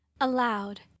Aloud